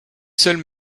seules